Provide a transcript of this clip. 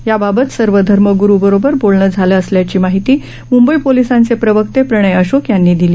याबाबत सर्व धर्मग्रू बरोबर बोलणं झालं असल्याची माहिती मुंबई पोलिसांचे प्रवक्ते प्रणय अशोक यांनी दिली